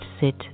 sit